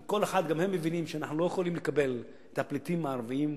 כל אחד וגם הם מבינים שאנחנו לא יכולים לקבל את הפליטים הערבים,